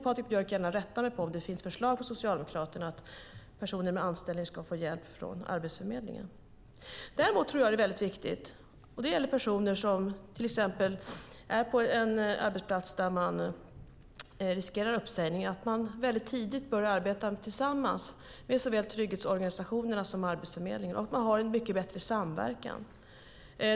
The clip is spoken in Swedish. Patrik Björck får gärna rätta mig om det finns förslag från Socialdemokraterna om att personer med anställning ska få hjälp från Arbetsförmedlingen. Däremot tror jag att det är viktigt när det gäller personer som riskerar uppsägning från arbetsplatsen att man tidigt börjar arbeta tillsammans med såväl trygghetsorganisationerna som Arbetsförmedlingen och att man har en mycket bättre samverkan.